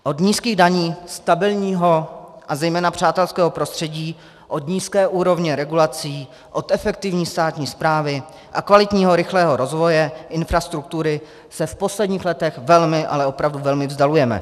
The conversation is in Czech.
Od nízkých daní stabilního a zejména přátelského prostředí, od nízké úrovně regulací, od efektivní státní správy a kvalitního rychlého rozvoje infrastruktury se v posledních letech velmi, ale opravdu velmi vzdalujeme.